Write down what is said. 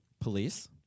police